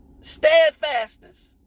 steadfastness